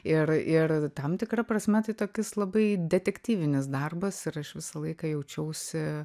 ir ir tam tikra prasme tai tokis labai detektyvinis darbas ir aš visą laiką jaučiausi